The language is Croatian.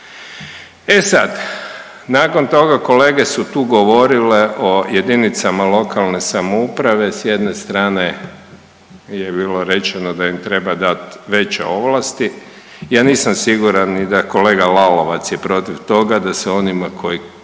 E sad nakon toga kolege su tu govorile o JLS, s jedne strane je bilo rečeno da im treba dat veće ovlasti. Ja nisam siguran i da kolega Lalovac je protiv toga, da se onima koji